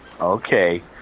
Okay